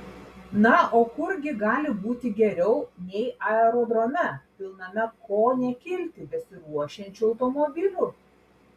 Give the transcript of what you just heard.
na o kur gi gali būti geriau nei aerodrome pilname ko ne kilti besiruošiančių automobilių